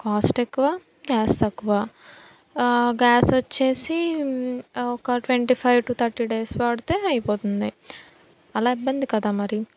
కాస్టెక్కువ gas తక్కువ ఆ గ్యాసోచ్చేసి ఒక twenty five to thirty days వాడితే అయిపోతుంది అలా ఇబ్బంది కదా మరి